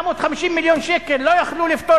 450 מיליון שקל לא היו יכולים לפתור